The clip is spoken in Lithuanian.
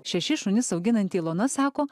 šešis šunis auginanti ilona sako